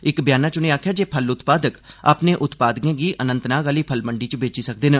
इक बयाना च उनें आखेआ जे फल उत्पादक अपने उत्पादें गी अनंतनाग आह्ली फल मंडी च बेची सकदे न